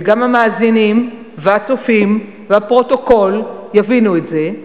וגם המאזינים והצופים והפרוטוקול יבינו את זה: